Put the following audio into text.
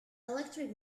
electric